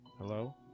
hello